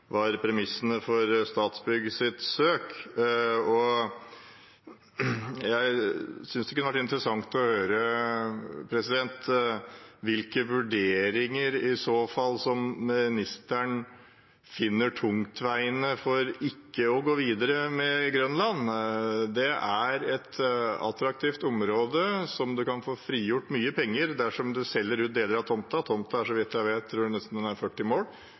var premissene for Statsbyggs søk. Jeg synes det kunne vært interessant å høre hvilke vurderinger ministeren i så fall finner tungtveiende for ikke å gå videre med Grønland. Det er et attraktivt område, og man kan få frigjort mye penger dersom man selger ut deler av tomten. Tomten er så vidt jeg vet, nesten 40 mål. Man trenger ikke hele tomten til et nytt fengsel, og meg bekjent er